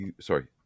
Sorry